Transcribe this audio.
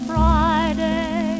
Friday